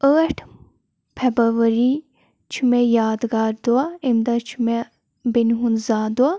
ٲٹھ فیبَرؤری چھُ مےٚ یادگار دۄہ اَمہِ دۄہ چھُ مےٚ بیٚنہِ ہُنٛد زاہ دۄہ